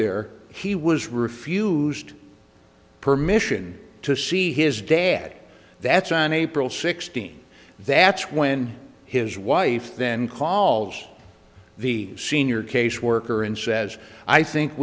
there he was refused permission to see his dad that's on april sixteenth that's when his wife then call the senior caseworker and says i think